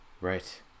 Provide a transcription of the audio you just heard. Right